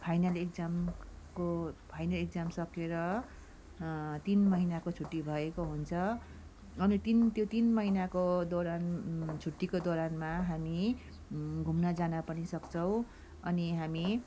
final एक्जामको final exam सकेर तिन महिनाको छुट्टी भएको हुन्छ अनि तिन त्यो तिन महिनाको दौरान छुट्टीको दौरानमा हामी घुम्न जान पनि सक्छौँ अनि हामी